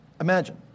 Imagine